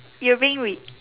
you are being read